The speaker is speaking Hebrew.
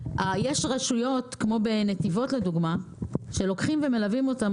יש רשויות כמו בנתיבות לדוגמה שלוקחים ומלווים אותם,